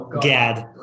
Gad